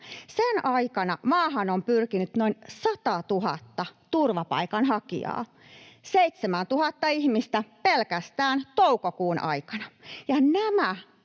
sen aikana maahan on pyrkinyt noin 100 000 turvapaikanhakijaa, 7 000 ihmistä pelkästään toukokuun aikana.